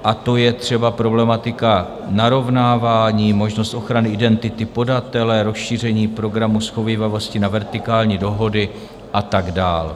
To je třeba problematika narovnávání, možnost ochrany identity podatele, rozšíření programu shovívavosti na vertikální dohody a tak dál.